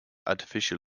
artificial